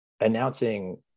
announcing